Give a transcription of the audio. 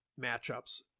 matchups